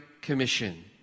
Commission